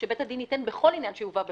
שבית הדין ייתן בכל עניין שהובא בפניו,